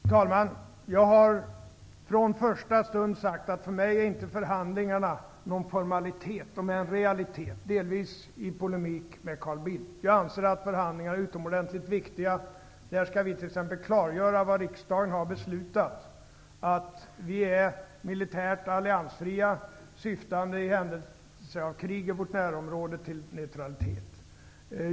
Fru talman! Jag har från första stund sagt att förhandlingarna inte är någon formalitet för mig, de är realitet, delvis i polemik med Carl Bildt. Jag anser att förhandlingarnas är utomordentligt viktiga. Där skall vi t.ex. klargöra vad riksdagen har beslutat: vi är militärt alliansfria syftande till neutralitet i händelse av krig i vårt närområde.